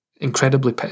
incredibly